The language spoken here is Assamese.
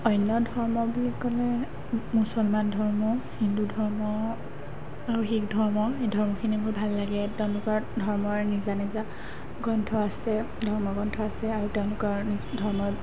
অন্য ধৰ্ম বুলি ক'লে মুছলমান ধৰ্ম হিন্দু ধৰ্ম আৰু শিখ ধৰ্ম এই ধৰ্মখিনি মোৰ ভাল লাগে তেওঁলোকৰ ধৰ্মৰ নিজা নিজা গ্ৰন্থ আছে ধৰ্মগ্ৰন্থ আছে আৰু তেওঁলোকৰ নিজ ধৰ্মৰ